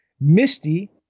Misty